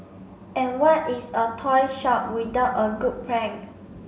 and what is a toy shop without a good prank